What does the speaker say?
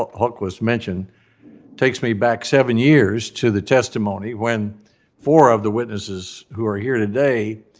hultquist mentioned takes me back seven years to the testimony when four of the witnesses who are here today,